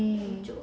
mm